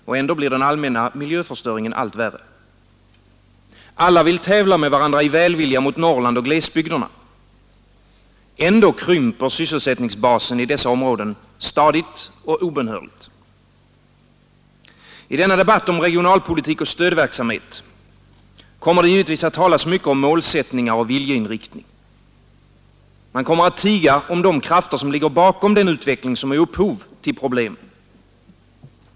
Ändå blir den allmänna miljöförstöringen allt värre. Alla vill tävla med varandra i välvilja mot Norrland och glesbygderna. Ändå krymper sysselsättningsbasen i dessa områden stadigt och obönhörligt. I denna debatt om regionalpolitik och stödverksamhet kommer det givetvis att talas mycket om målsättningar och viljeinriktning. Man kommer att tiga om de krafter som ligger bakom den utveckling som är upphov till problemen.